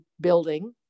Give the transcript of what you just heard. building